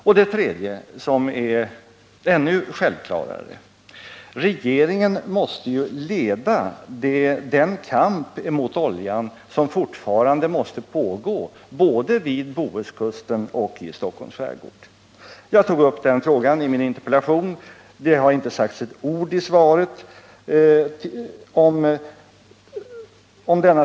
Ännu självklarare är ju att regeringen måste leda den kamp emot oljan som fortfarande måste pågå både vid Bohuskusten och i Stockholms skärgård. Jag tog upp den frågan i min interpellation, men det har inte sagts ett ord om den i svaret.